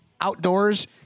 outdoors